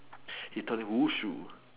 he taught him 武术：wushu